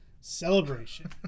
celebration